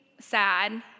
sad